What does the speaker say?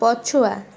ପଛୁଆ